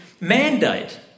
mandate